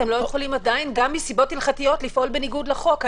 אתם לא יכולים עדיין גם מסיבות הלכתיות לפעול בניגוד לחוק.